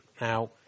Now